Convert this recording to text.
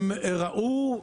הם ראו,